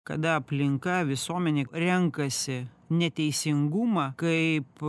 kada aplinka visuomenė renkasi neteisingumą kaip